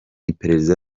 iperereza